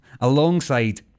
alongside